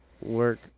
work